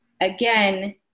again